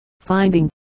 Finding